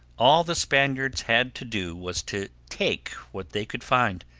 all the spaniards had to do was to take what they could find,